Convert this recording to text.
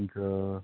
हुन्छ